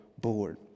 board